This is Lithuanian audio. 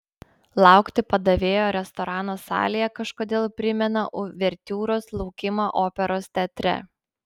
laukti padavėjo restorano salėje kažkodėl primena uvertiūros laukimą operos teatre